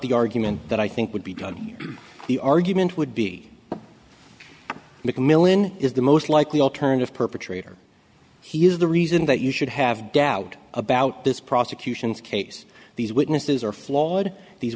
the argument that i think would be the argument would be mcmillan is the most likely alternative perpetrator he is the reason that you should have doubt about this prosecution's case these witnesses are flawed these